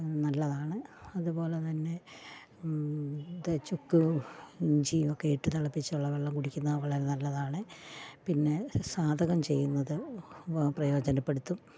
നല്ലതാണ് അതുപോലെ തന്നെ ചുക്ക് ഇഞ്ചി ഒക്കെ ഇട്ട് തെളപ്പിച്ചൊള്ള വെള്ളം കുടിക്കുന്ന വളരെ നല്ലതാണ് പിന്നെ സാധകം ചെയ്യുന്നത് പ്രയോജനപ്പെടുത്തും